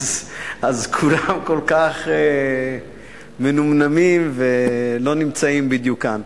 אז כולם כל כך מנומנמים ולא נמצאים בדיוק כאן.